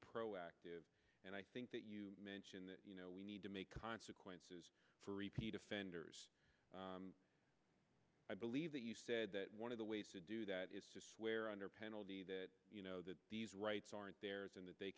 proactive and i think that you mention that you know we need to make consequences for repeat offenders i believe that you said that one of the ways to do that is where under penalty that you know that these rights aren't there isn't that they